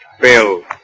Bill